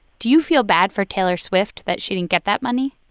do you feel bad for taylor swift that she didn't get that money?